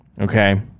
Okay